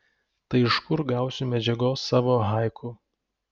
tai iš kur gausiu medžiagos savo haiku